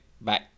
bye